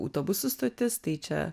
autobusų stotis tai čia